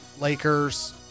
Lakers